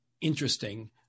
interesting